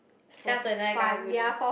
sell to another karang-guni